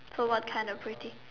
so what kind of pretty